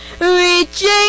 Reaching